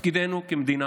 תפקידנו כמדינה